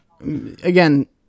again